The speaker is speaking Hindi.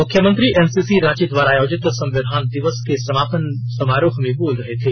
मुख्यमंत्री एनसीसी रांची द्वारा आयोजित संविधान दिवस के समापन समारोह में बोल रहे थे